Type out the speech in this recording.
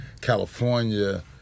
California